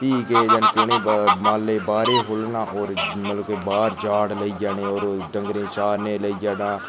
फ्ही के जानि के उ'नेंगी मालै गी बाह्रै खोलना होर मतलब कि बाह्र झाड़ लेई जाने होर डंगरे ई चारने लेई जाना